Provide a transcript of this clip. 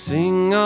Sing